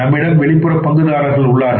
நம்மிடம் வெளிப்புற பங்குதாரர்கள் உள்ளனர்